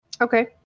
Okay